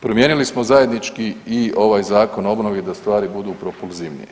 Promijenili smo zajednički i ovaj Zakon o obnovi da stvari budu propulzivnije.